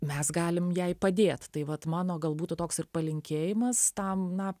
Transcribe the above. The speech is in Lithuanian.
mes galim jai padėt tai vat mano gal būtų toks ir palinkėjimas tam na